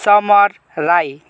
summer Rai